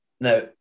Now